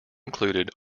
included